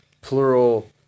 plural